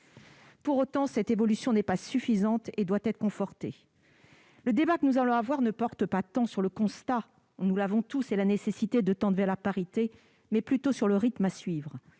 Pour autant, cette évolution n'est pas suffisante et doit être confortée. Le débat que nous allons avoir ne porte pas tant sur le constat, que nous partageons tous, qu'il est nécessaire de tendre vers la parité, mais plutôt sur le rythme à suivre.